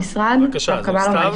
עכשיו, ממש